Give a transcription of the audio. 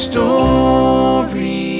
story